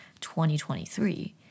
2023